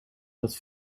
dat